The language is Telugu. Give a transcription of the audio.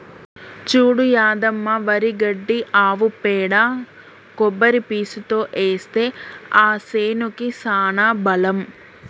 చూడు యాదమ్మ వరి గడ్డి ఆవు పేడ కొబ్బరి పీసుతో ఏస్తే ఆ సేనుకి సానా బలం